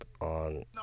On